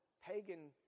pagan